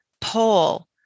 pull